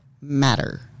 matter